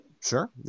sure